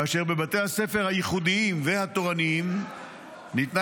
כאשר בבתי הספר הייחודיים והתורניים ניתנה